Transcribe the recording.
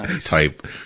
type